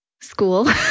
school